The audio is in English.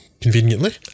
conveniently